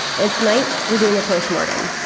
and tonight, we're doing a post mortem.